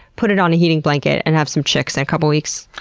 put it on a heating blanket and have some chicks in a couple of weeks?